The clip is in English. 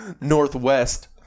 Northwest